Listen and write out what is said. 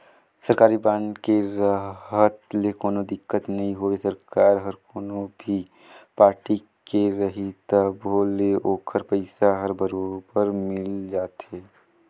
सरकारी बांड के रहत ले कोनो दिक्कत नई होवे सरकार हर कोनो भी पारटी के रही तभो ले ओखर पइसा हर बरोबर मिल जाथे